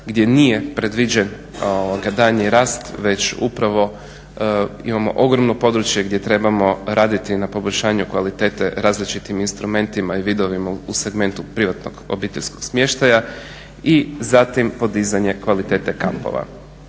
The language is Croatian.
gdje nije predviđen daljnji rast već upravo imamo ogromno područje gdje trebamo raditi na poboljšanju kvalitete različitim instrumentima i vidovima u segmentu privatnog obiteljskog smještaja i zatim podizanje kvalitete kampova.